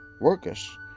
Workers